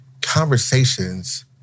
conversations